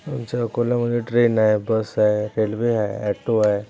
आमच्या अकोल्यामधे ट्रेन आहे बस आहे रेल्वे आहे ऑटो आहे